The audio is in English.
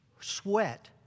sweat